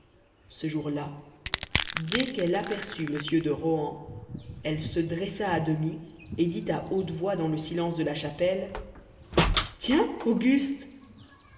ce jour-là dès qu'elle aperçut mr de rohan elle se dressa à demi et dit à haute voix dans le silence de la chapelle tiens auguste